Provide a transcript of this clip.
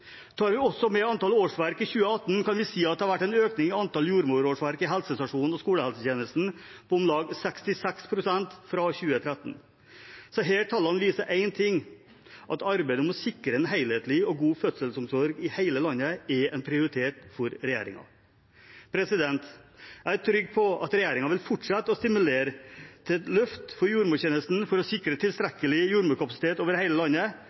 i 2018, kan vi si at det har vært en økning i antall jordmorårsverk i helsestasjons- og skolehelsetjenesten på om lag 66 pst. fra 2013. Disse tallene viser én ting: at arbeidet med å sikre en helhetlig og god fødselsomsorg i hele landet er en prioritet for regjeringen. Jeg er trygg på at regjeringen vil fortsette å stimulere til et løft for jordmortjenesten for å sikre tilstrekkelig jordmorkapasitet over hele landet,